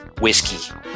whiskey